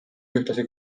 ühtlasi